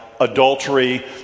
adultery